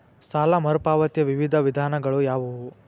ಸಾಲ ಮರುಪಾವತಿಯ ವಿವಿಧ ವಿಧಾನಗಳು ಯಾವುವು?